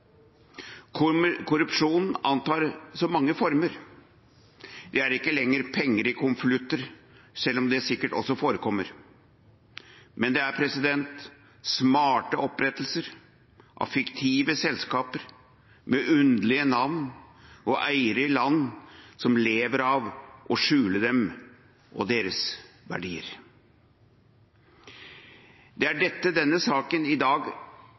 antar så mange former. Det er ikke lenger penger i konvolutter – selv om det sikkert også forekommer – men det er smarte opprettelser av fiktive selskaper med underlige navn og eiere i land som lever av å skjule dem og deres verdier. Det er dette den saken vi i dag